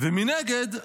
ומנגד,